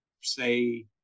say